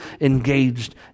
engaged